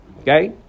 Okay